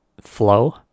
Flow